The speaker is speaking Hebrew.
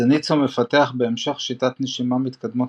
זניטסו מפתח בהמשך שיטת נשימה מתקדמת